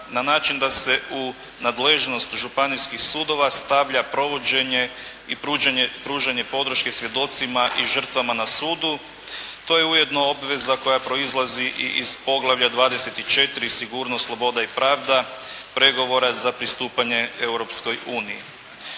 na način da se u nadležnost županijskih sudova stavlja provođenje i pružanje podrške svjedocima i žrtvama na sudu. To je ujedno obveza koja proizlazi i iz poglavlja 24. Sigurnost, sloboda i pravda pregovora za pristupanje Europskoj uniji.